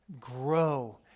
grow